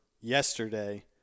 yesterday